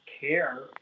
care